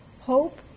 hope